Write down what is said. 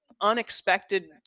unexpected